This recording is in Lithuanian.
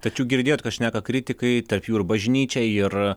tačiau girdėjot ką šneka kritikai tarp jų ir bažnyčia ir